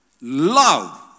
Love